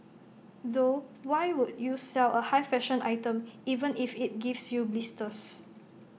though why would you sell A high fashion item even if IT gives you blisters